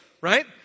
right